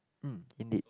hmm indeed